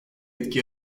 etki